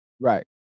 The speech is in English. right